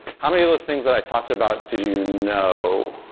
how many of those things that i talked about did you know?